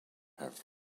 have